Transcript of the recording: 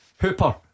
Hooper